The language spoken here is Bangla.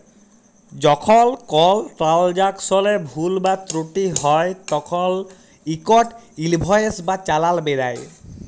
যখল কল ট্রালযাকশলে ভুল বা ত্রুটি হ্যয় তখল ইকট ইলভয়েস বা চালাল বেরাই